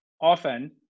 often